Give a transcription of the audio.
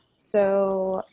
so